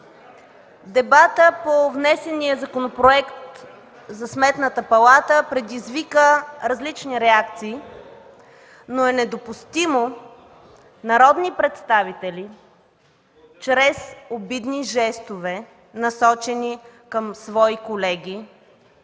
дебатът по внесения Законопроект за Сметната палата предизвика различни реакции, но е недопустимо народни представители чрез обидни жестове, насочени към свои колеги,